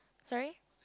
sorry